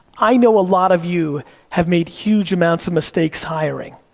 i know a lot of you have made huge amounts of mistakes hiring.